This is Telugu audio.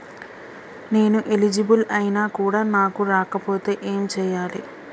నేను ఎలిజిబుల్ ఐనా కూడా నాకు రాకపోతే ఏం చేయాలి?